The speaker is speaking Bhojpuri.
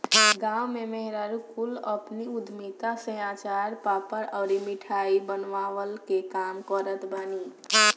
गांव में मेहरारू कुल अपनी उद्यमिता से अचार, पापड़ अउरी मिठाई बनवला के काम करत बानी